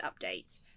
updates